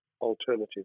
alternative